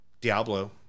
diablo